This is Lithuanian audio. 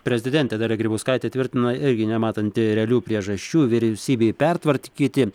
prezidentė dalia grybauskaitė tvirtino irgi nematanti realių priežasčių vyriausybei pertvarkyti